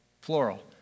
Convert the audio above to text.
Plural